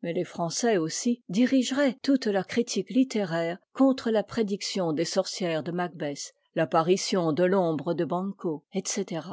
mais les français aussi dirigeraient toute leur critique littéraire contre la prédiction des sorcières de macbeth l'apparition de l'ombre de banque etc